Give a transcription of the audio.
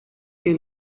que